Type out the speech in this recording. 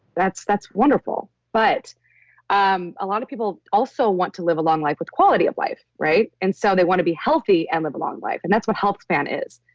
that's that's wonderful, but um a lot of people also want to live a long life with quality of life, right? and so they want to be healthy and live a long life and that's what health span is.